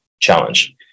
challenge